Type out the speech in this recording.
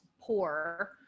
poor